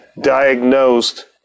diagnosed